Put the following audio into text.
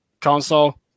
console